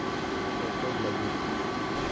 Photo लगी कि?